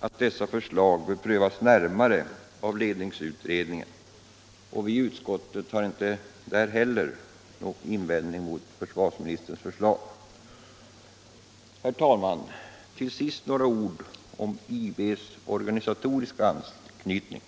att dessa förslag bör prövas närmare av ledningsutredningen. Vi i utskottet har inte heller där någon invändning mot försvarsministerns förslag. Herr talman! Till sist några ord om IB:s organisatoriska anknytning.